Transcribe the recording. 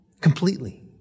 Completely